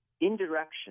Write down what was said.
indirection